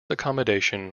accommodation